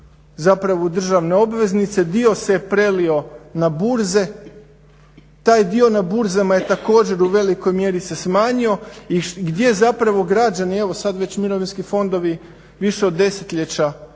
zapravo u državne obveznice, dio se prelio na burze. Taj dio na burzama je također u velikoj mjeri se smanji i gdje zapravo građani, evo sad već mirovinski fondovi više od desetljeća